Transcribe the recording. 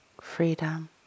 freedom